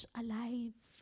alive